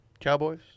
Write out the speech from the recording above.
Cowboys